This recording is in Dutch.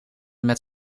met